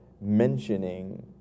mentioning